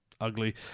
ugly